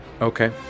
Okay